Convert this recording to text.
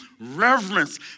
reverence